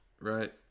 right